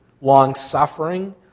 long-suffering